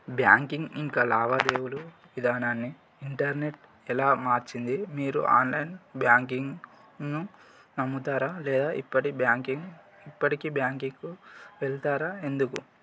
banking ఇంకా లావాదేవీలు విధానాన్ని ఇంటర్నెట్ ఎలా మార్చింది మీరు ఆన్లైన్ బ్యాంకింగ్ను నమ్ముతారా లేదా ఇప్పటి బ్యాంకింగ్ ఇప్పటికీ బ్యాంకుకు వెళతారా ఎందుకు